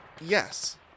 Yes